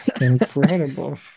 incredible